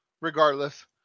regardless